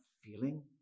feeling